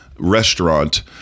Restaurant